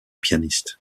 pianiste